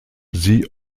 sie